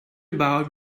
about